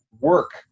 work